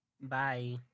Bye